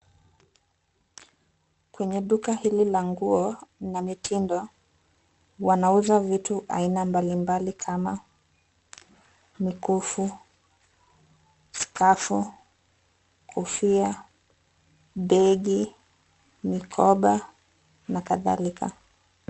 Kwenye duka hili la nguo na mitindo, wanauza vitu aina mbalimbali kama mikufu, skafu, kofia, begi, mikoba na kadhalika.